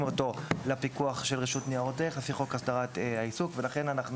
אותה לפיקוח של רשות ניירות ערך לפי חוק הסדרת העיסוק ולכן אנחנו